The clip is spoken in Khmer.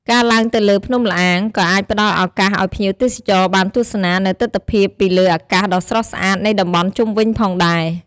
ការឡើងទៅលើ ភ្នំល្អាង ក៏អាចផ្តល់ឱកាសឱ្យភ្ញៀវទេសចរបានទស្សនានូវទិដ្ឋភាពពីលើអាកាសដ៏ស្រស់ស្អាតនៃតំបន់ជុំវិញផងដែរ។